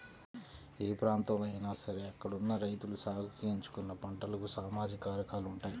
ఏ ప్రాంతంలో అయినా సరే అక్కడున్న రైతులు సాగుకి ఎంచుకున్న పంటలకు సామాజిక కారకాలు ఉంటాయి